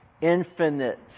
infinite